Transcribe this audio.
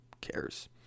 cares